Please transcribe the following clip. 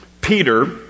Peter